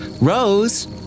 Rose